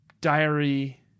diary